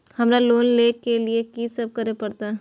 हमरा लोन ले के लिए की सब करे परते?